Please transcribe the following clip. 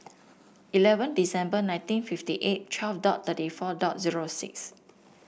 eleven December nineteen fifty eight twelve dot thirty four dot zero six